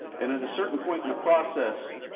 and at a certain point in the process,